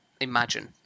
imagine